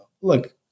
Look